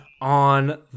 on